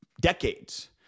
decades